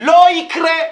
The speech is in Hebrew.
לא יקרה,